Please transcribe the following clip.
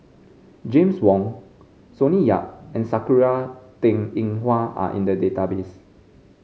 James Wong Sonny Yap and Sakura Teng Ying Hua are in the database